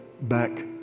back